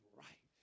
right